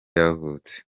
yavutse